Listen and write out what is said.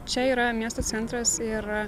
čia yra miesto centras ir